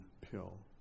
pill